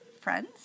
friends